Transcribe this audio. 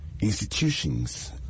institutions